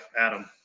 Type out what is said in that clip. Adam